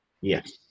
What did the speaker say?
Yes